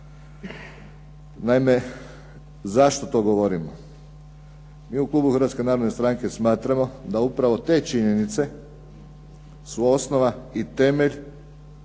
Naime, zašto to govorim? Mi u klubu Hrvatske narodne stranke da upravo te činjenice su osnova i temelj